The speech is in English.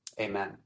amen